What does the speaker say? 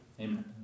Amen